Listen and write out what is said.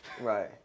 right